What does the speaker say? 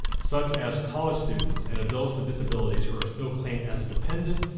such as college students and adults with disabilities who are still claimed as a dependent.